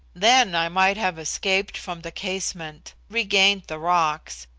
then i might have escaped from the casement, regained the rocks,